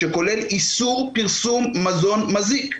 שכולל איסור פרסום מזון מזיק,